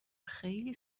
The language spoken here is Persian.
خیلی